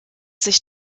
sich